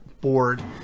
board